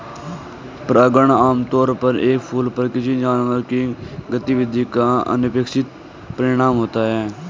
परागण आमतौर पर एक फूल पर किसी जानवर की गतिविधि का अनपेक्षित परिणाम होता है